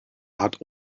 hat